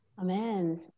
Amen